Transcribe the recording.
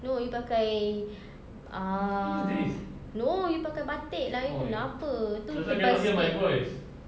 no you pakai uh no you pakai batik lah you kenapa itu tebal sikit